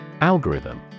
Algorithm